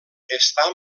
està